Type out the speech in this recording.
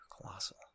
Colossal